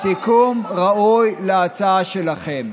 זה סיכום ראוי, סיכום ראוי להצעה שלכם.